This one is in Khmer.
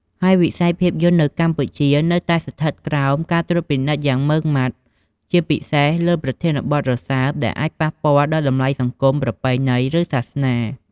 ហើយវិស័យភាពយន្តនៅកម្ពុជានៅតែស្ថិតក្រោមការត្រួតពិនិត្យយ៉ាងម៉ឺងម៉ាត់ ជាពិសេសលើប្រធានបទរសើបដែលអាចប៉ះពាល់ដល់តម្លៃសង្គម ប្រពៃណី ឬសាសនា។